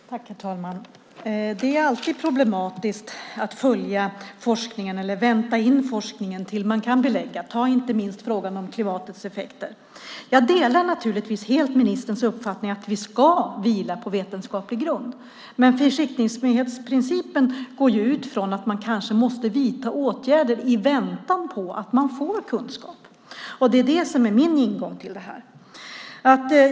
Herr talman! Det är alltid problematiskt att följa eller vänta in forskningen till dess att man kan belägga något. Det gäller inte minst frågan om klimateffekter. Jag delar naturligtvis helt ministerns uppfattning att åtgärder ska vila på vetenskaplig grund. Försiktighetsprincipen utgår från att man kanske måste vidta åtgärder i väntan på att man får kunskap. Det är min ingång till detta.